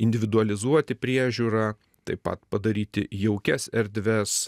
individualizuoti priežiūrą taip pat padaryti jaukias erdves